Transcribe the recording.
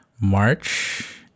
march